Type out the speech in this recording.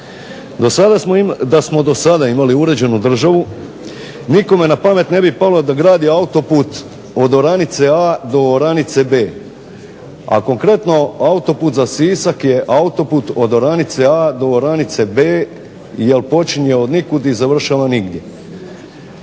Da smo do sada imali uređenu državu nikome ne bi palo na pamet da gradi autoput od Oranice A do Oranice B, a konkretno autoput za Sisak je autoput od oranice A do oranice B jer počinje od nikud i završava nigdje.